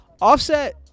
Offset